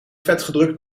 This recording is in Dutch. vetgedrukt